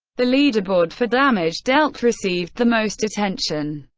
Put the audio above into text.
the leaderboard for damage dealt received the most attention.